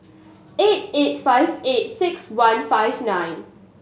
eight eight five eight six one five nine